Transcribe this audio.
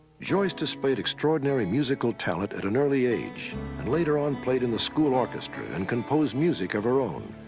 joyce displayed extraordinary musical talent at an early age and later on played in the school orchestra and composed music of her own.